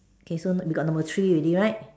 okay so we got number three already right